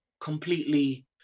completely